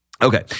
Okay